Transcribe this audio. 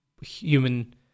human